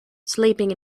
sleeping